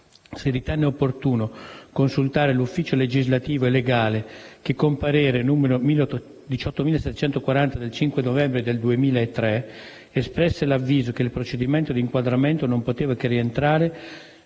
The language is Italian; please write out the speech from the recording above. si ritenne opportuno consultare l'ufficio legislativo e legale che, con parere n. 18740 del 5 novembre 2003, espresse l'avviso che il procedimento di inquadramento non poteva che rientrare